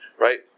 right